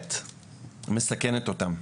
באמת מסכנת אותם.